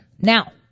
Now